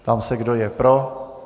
Ptám se, kdo je pro.